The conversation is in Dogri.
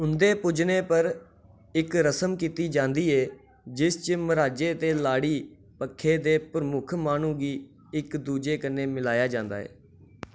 उं'दे पुज्जने पर इक रस्म कीती जंदी ऐ जिस च मर्हाजे ते लाड़ी पक्खै दे प्रमुख माह्नूं गी इक दुए कन्नै मलाया जंदा ऐ